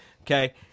Okay